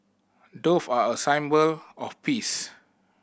doves are a symbol of peace